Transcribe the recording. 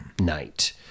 night